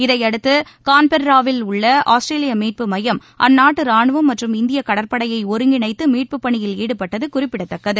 இதையடுத்து கான்பெர்ராவில் உள்ள ஆஸ்திரேலிய மீட்பு மையம் அந்நாட்டு ராணுவம் மற்றும் இந்திய கடற்படையை ஒருங்கிணைத்து மீட்புப்பணியில் ஈடுபட்டது குறிப்பிடத்தக்கது